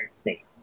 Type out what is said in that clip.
States